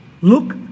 Look